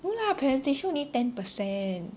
no lah presentation only ten per cent